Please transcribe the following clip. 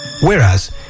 Whereas